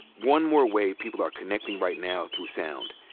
one more way people are connecting right now through sound.